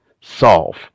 solve